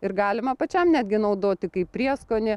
ir galima pačiam netgi naudoti kaip prieskonį